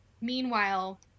Meanwhile